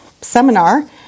seminar